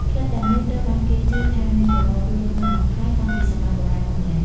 ផ្លិតទាំងនេះត្រូវបានគេជឿថាមានប្រវត្តិយូរលង់ណាស់មកហើយ តាំងពីសម័យបុរាណមកម្ល៉េះ។